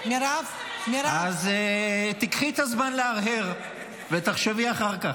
אז תיקחי את הזמן להרהר ותחשבי אחר כך.